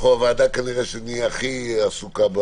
אנחנו כנראה נהיה הוועדה הכי עסוקה,